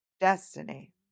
destiny